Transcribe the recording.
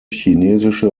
chinesische